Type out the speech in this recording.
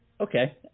okay